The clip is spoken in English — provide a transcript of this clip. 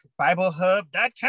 Biblehub.com